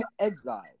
exile